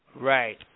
Right